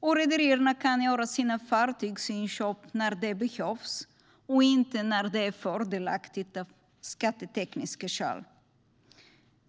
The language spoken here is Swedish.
och rederierna kan göra sina fartygsinköp när det behövs och inte när det är fördelaktigt av skattetekniska skäl.